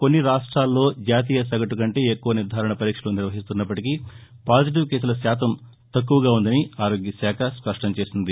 కొన్ని రాష్ట్రాల్లో జాతీయ సగటుకంటే ఎక్కవ నిర్దారణ పరీక్షలు నిర్వహిస్తున్నప్పటకీ పాజిటివ్ కేసుల శాతం తక్కువగా ఉందని ఆరోగ్యశాఖ స్పష్టం చేసింది